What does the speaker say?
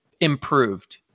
improved